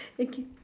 thank you